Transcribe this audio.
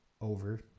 over